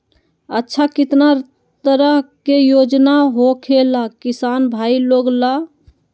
अच्छा कितना तरह के योजना होखेला किसान भाई लोग ला?